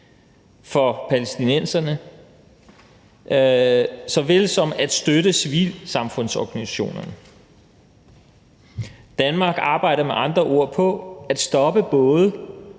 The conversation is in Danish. for palæstinenserne såvel som i at støtte civilsamfundsorganisationerne. Danmark arbejder med andre ord på at stoppe både